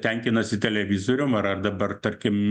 tenkinasi televizorium ar ar dabar tarkim